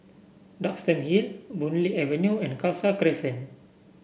Duxton Hill Boon Lay Avenue and Khalsa Crescent